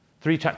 Three